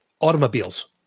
automobiles